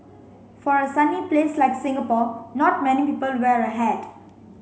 for a sunny place like Singapore not many people wear a hat